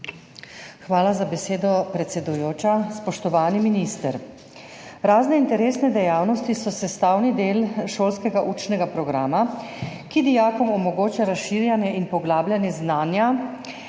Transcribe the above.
Hvala za besedo, predsedujoča. Spoštovani minister! Razne interesne dejavnosti so sestavni del šolskega učnega programa, ki dijakom omogočajo razširjanje in poglabljanje znanja,